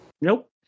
Nope